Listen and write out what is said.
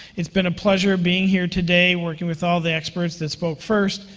it's been a pleasure being here today, working with all the experts that spoke first,